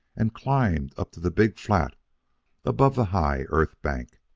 and climbed up to the big flat above the high earth-bank.